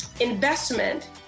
investment